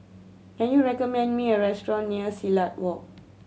can you recommend me a restaurant near Silat Walk